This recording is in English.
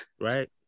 Right